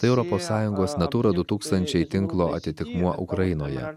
tai europos sąjungos natūra du tūkstančiai tinklo atitikmuo ukrainoje